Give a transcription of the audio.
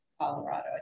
Colorado